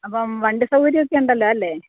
അപ്പം വണ്ടി സൗകര്യമൊക്കെ ഉണ്ടല്ലോ അല്ലേ